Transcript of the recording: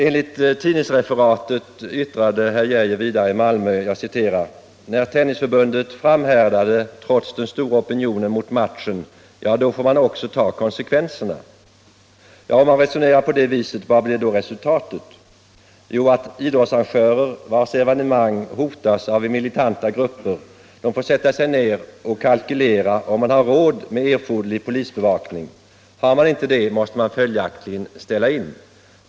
Enligt tidningsreferat yttrade herr Geijer i Malmö: ”När Tennisförbundet framhärdade trots den stora opinionen mot matchen — ja då får man också ta konsekvenserna.” Om man resonerar på det viset, vad blir då resultatet? Jo, att idrottsarrangörer, vilkas arrangemang hotas av militanta grupper, får sätta sig ner och kalkylera om de har råd med erforderlig polisbevakning. Har de inte det måste de följaktligen ställa in.